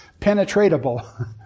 penetratable